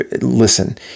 listen